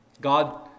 God